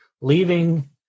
leaving